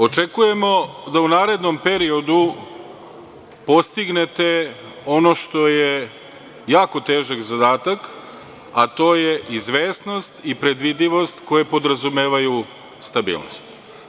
Očekujemo da u narednom periodu postignete ono što je jako težak zadatak, a to je izvesnost i predvidivost koje podrazumevaju stabilnost.